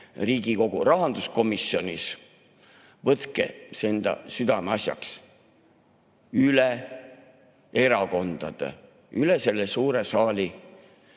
Riigikogu rahanduskomisjonis, võtke see enda südameasjaks üle erakondade, üle selle suure saali.